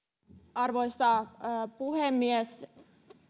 arvoisa puhemies